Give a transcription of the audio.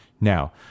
Now